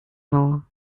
more